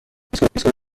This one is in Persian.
ایستگاه